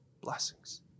Blessings